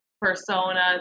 persona